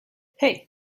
hey